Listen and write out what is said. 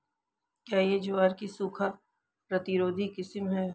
क्या यह ज्वार की सूखा प्रतिरोधी किस्म है?